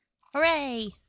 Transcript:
Hooray